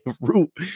root